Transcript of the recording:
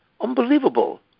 Unbelievable